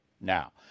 now